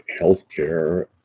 healthcare